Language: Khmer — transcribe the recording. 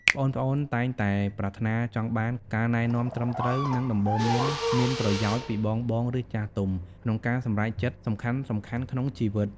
ប្អូនៗតែងតែប្រាថ្នាចង់បាន ការណែនាំត្រឹមត្រូវ និងដំបូន្មានមានប្រយោជន៍ ពីបងៗ ឬចាស់ទុំ ក្នុងការសម្រេចចិត្តសំខាន់ៗក្នុងជីវិត។